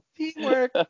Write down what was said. Teamwork